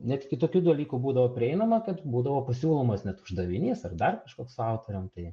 net iki tokių dalykų būdavo prieinama kad būdavo pasiūlomas net uždavinys ar dar kažkoks autoriam tai